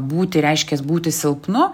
būti reiškias būti silpnu